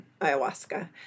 ayahuasca